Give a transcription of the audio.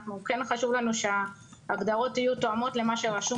כן חשוב לנו שההגדרות יהיו תואמות למה שרשום